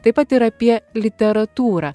taip pat ir apie literatūrą